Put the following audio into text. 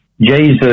Jesus